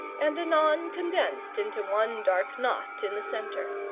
and anon condensed into one dark knot in the centre.